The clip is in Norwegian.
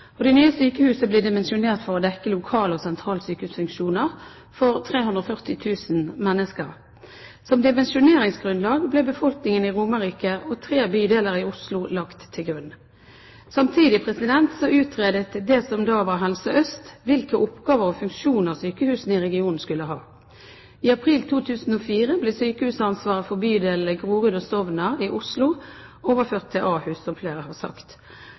Det nye sykehuset ble dimensjonert for å dekke lokal- og sentralsykehusfunksjoner for 340 000 mennesker. Som dimensjoneringsgrunnlag ble befolkningen på Romerike og tre bydeler i Oslo lagt til grunn. Samtidig utredet det som da var Helse Øst, hvilke oppgaver og funksjoner sykehusene i regionen skulle ha. I april 2004 ble sykehusansvaret for bydelene Grorud og Stovner i Oslo overført til Ahus, som flere har sagt.